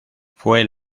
fue